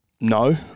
no